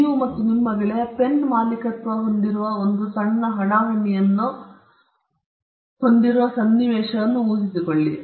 ನೀವು ಮತ್ತು ನಿಮ್ಮ ಗೆಳೆಯ ಪೆನ್ ಮಾಲೀಕತ್ವವನ್ನು ಹೊಂದಿರುವ ಸಣ್ಣ ಹಣಾಹಣೆಯನ್ನು ಹೊಂದಿರುವ ಸನ್ನಿವೇಶದಲ್ಲಿ ಊಹಿಸಿಕೊಳ್ಳಿ